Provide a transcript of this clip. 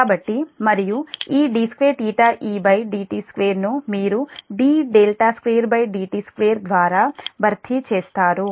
కాబట్టి మరియు ఈd2edt2 ను మీరు d2dt2ద్వారా భర్తీ చేస్తారు